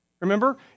Remember